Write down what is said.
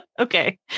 Okay